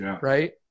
right